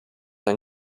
ein